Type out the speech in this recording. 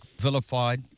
vilified